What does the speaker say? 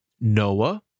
Noah